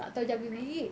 tak terjaga gigi